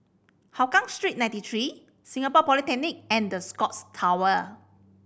Hougang Street Ninety Three Singapore Polytechnic and The Scotts Tower